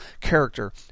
character